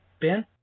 Ben